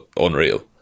unreal